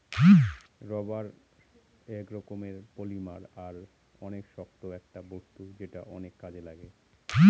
rubber এক রকমের polymer আর অনেক শক্ত একটা বস্তু যেটা অনেক কাজে লাগে